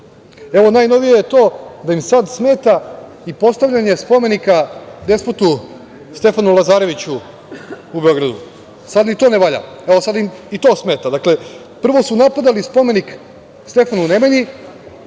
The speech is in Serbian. najnovije je to da im sada smeta i postavljanje spomenika Despotu Stefanu Lazareviću, u Beogradu. Sada ni to ne valja, sada im i to smeta. Dakle, prvo su napadali spomenik Stefanu Nemanji,